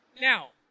Now